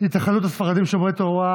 התאחדות הספרדים שומרי תורה,